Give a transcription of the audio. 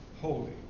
Holy